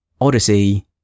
Odyssey